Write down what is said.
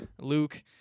Luke